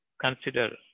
consider